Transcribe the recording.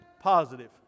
positive